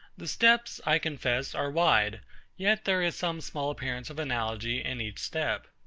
the steps, i confess, are wide yet there is some small appearance of analogy in each step.